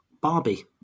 Barbie